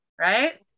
right